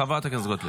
חברת הכנסת גוטליב.